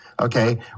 okay